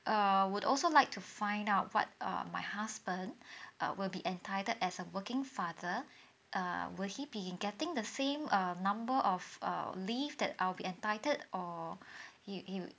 err would also like to find out what err my husband uh will be entitled as a working father err will he be in getting the same err number of err leave that I'll be entitled or you you